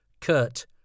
Kurt